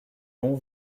long